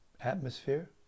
atmosphere